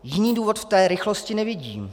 Jiný důvod v té rychlosti nevidím.